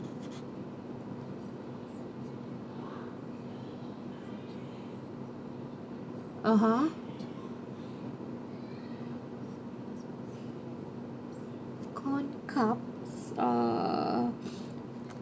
(uh huh) corn cup err